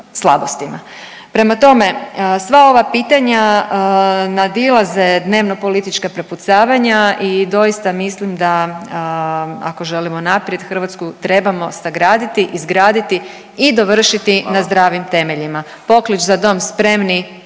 Prema tome, sva ova pitanja nadilaze dnevnopolitička prepucavanja i doista mislim da ako želimo naprijed Hrvatsku trebamo sagraditi, izgraditi i dovršiti na zdravim temeljima. Poklič „Za dom spremni!“